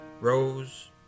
Rose